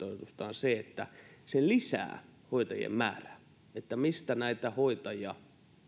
se että se lisää hoitajien määrää ja mistä näitä hoitajia